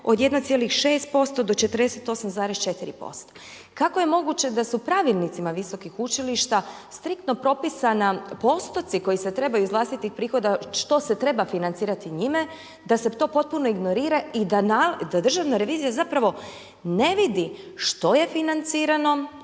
od 1,6% do 48,4%? Kako je moguće da su pravilnicima visokih učilišta striktno propisana postoci koji se trebaju iz vlastitih prihoda što se treba financirati njime, da se to potpuno ignorira i da Državna revizija zapravo ne vidi što je financirano